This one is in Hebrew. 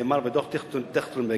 שנאמר בדוח-טרכטנברג,